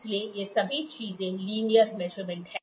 इसलिए ये सभी चीजें लिनियर मेजरमेंट हैं